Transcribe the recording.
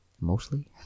mostly